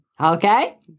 Okay